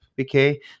Okay